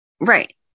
Right